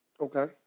Okay